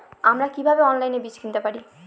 আমরা কীভাবে অনলাইনে বীজ কিনতে পারি?